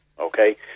Okay